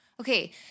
Okay